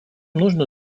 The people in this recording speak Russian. нужно